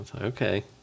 Okay